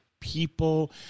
People